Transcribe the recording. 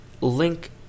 link